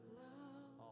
love